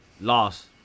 loss